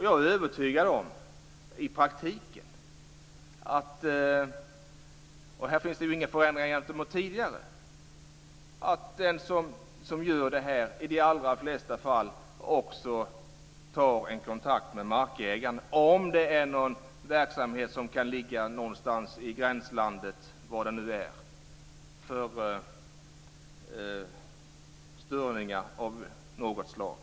Jag är övertygad om att den som gör det i de allra flesta fall också tar kontakt med markägaren om det är någon verksamhet som kan ligga någonstans i gränslandet när det gäller störningar av något slag.